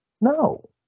No